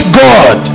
god